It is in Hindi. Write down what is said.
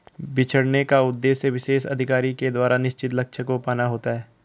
बिछड़ने का उद्देश्य विशेष अधिकारी के द्वारा निश्चित लक्ष्य को पाना होता है